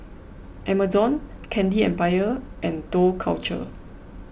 Amazon Candy Empire and Dough Culture